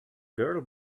girl